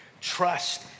trust